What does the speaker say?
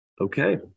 Okay